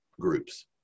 groups